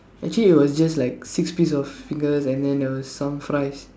actually it was just like six piece of fingers and then there were some fries